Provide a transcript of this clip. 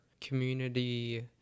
community